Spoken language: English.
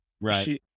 Right